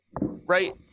right